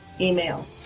email